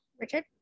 Richard